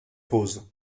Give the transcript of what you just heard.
pause